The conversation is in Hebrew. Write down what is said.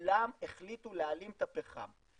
כולן החליטו להעלים את הפחם.